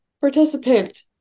participant